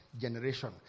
generation